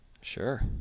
Sure